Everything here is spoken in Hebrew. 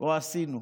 או עשינו.